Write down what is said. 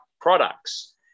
products